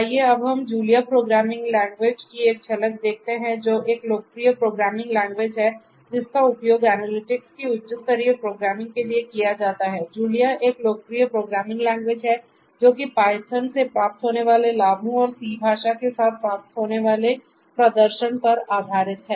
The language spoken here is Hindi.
आइए अब हम जूलिया प्रोग्रामिंग लैंग्वेज से प्राप्त होने वाले लाभों और C भाषा के साथ प्राप्त होने वाले प्रदर्शन पर आधारित है